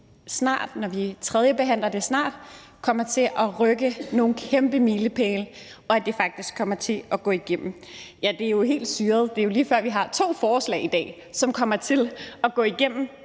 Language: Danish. snart, når vi tredjebehandler det, kommer til at rykke nogle kæmpe milepæle, og at det faktisk kommer til at gå igennem. Ja, det er jo helt syret. Det er lige før, at vi har to forslag i dag, som kommer til at gå igennem,